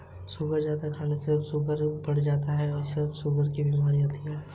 नागपुर में आयकर विभाग का कार्यालय कहाँ है?